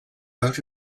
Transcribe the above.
out